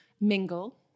mingle